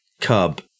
Cub